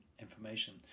information